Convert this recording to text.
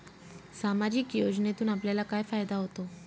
सामाजिक योजनेतून आपल्याला काय फायदा होतो?